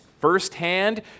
firsthand